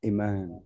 Amen